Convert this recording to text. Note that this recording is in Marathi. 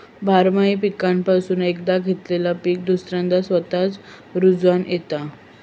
बारमाही पीकापासून एकदा घेतलेला पीक दुसऱ्यांदा स्वतःच रूजोन येता